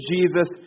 Jesus